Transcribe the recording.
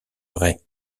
vrai